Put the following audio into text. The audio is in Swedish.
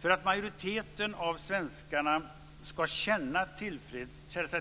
För att majoriteten av svenskarna ska känna sig